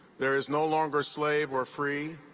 there is no longer slave or free,